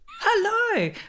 hello